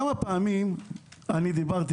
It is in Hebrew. כמה פעמים דיברתי,